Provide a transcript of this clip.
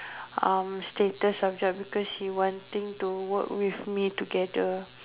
uh status of job because she wanting to work with me together